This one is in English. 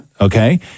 okay